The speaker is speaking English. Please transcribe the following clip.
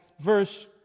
verse